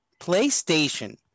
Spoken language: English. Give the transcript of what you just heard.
PlayStation